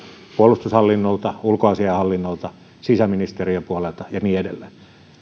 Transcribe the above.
puolustushallinnolta ulkoasiainhallinnolta sisäministe riön puolelta ja niin edelleen kun